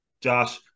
Josh